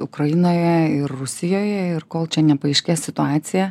ukrainoje ir rusijoje ir kol čia nepaaiškės situacija